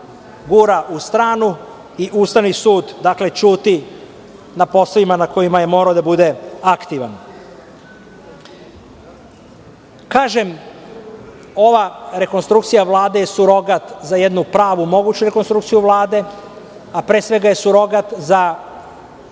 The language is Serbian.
gura u stranu i Ustavni sud ćuti na poslovima na kojima je morao da bude aktivan. Ova rekonstrukcija Vlade je surogat za jednu pravu i moguću rekonstrukciju Vlade, a pre svega je surogat za